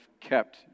kept